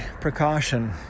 precaution